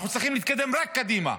אנחנו צריכים להתקדם רק קדימה.